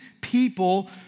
people